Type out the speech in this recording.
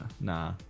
Nah